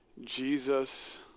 Jesus